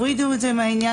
תורידו את זה מסדר היום,